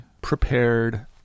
prepared